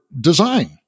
design